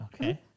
Okay